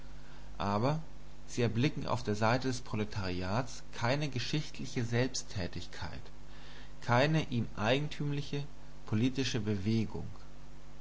aber sie erblicken auf der seite des proletariats keine geschichtliche selbsttätigkeit keine ihm eigentümliche politische bewegung